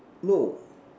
no